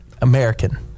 American